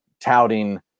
touting